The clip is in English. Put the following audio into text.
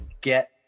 get